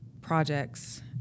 projects